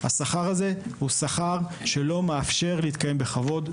השכר לא מאפשר להתקיים בכבוד,